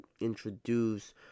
introduce